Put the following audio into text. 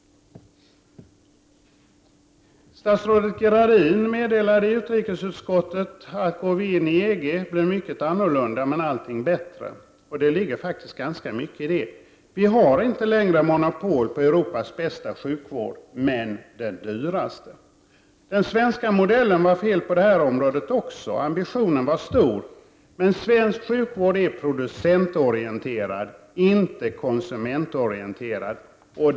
Statsrådet Gradin meddelade i utrikesutskottet att om vi går in i EG blir mycket annorlunda men allting bättre. Det ligger faktiskt ganska mycket i det. Vi har inte längre monopol på Europas bästa sjukvård, men den dyraste. Den svenska modellen var fel på det här området också. Ambitionen var stor. Men svensk sjukvård är producentorienterad, inte konsumentorienterad.